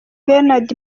bernard